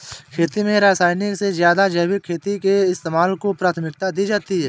खेती में रासायनिक से ज़्यादा जैविक खेती के इस्तेमाल को प्राथमिकता दी जाती है